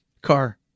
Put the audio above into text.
car